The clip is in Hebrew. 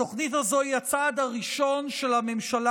התוכנית הזו היא הצעד הראשון של הממשלה